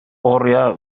oriau